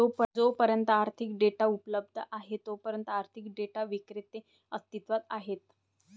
जोपर्यंत आर्थिक डेटा उपलब्ध आहे तोपर्यंत आर्थिक डेटा विक्रेते अस्तित्वात आहेत